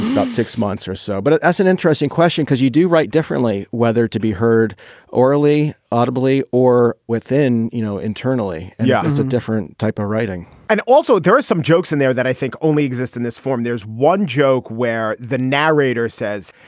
about six months or so but that's an interesting question because you do write differently whether to be heard orally, audibly or within, you know, internally. yeah, it's a different type of writing and also there are some jokes in there that i think only exist in this form. there's one joke where the narrator says,